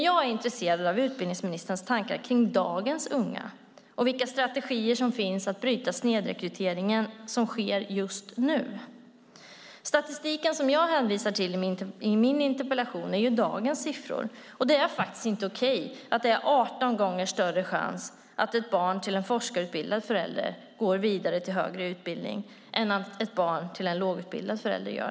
Jag är intresserad av utbildningsministerns tankar kring dagens unga och vilka strategier det finns för att bryta den snedrekrytering som pågår just nu. Den statistik jag hänvisar till i min interpellation är dagens siffror, och det är inte okej att det är 18 gånger större chans att ett barn till en forskarutbildad förälder går vidare till högre utbildning än ett barn till en lågutbildad förälder.